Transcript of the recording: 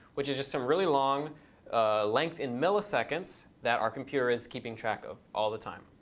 which is just some really long length in milliseconds that our computer is keeping track of all the time.